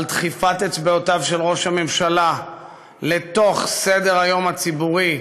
על דחיפת אצבעותיו של ראש הממשלה לתוך סדר-היום הציבורי,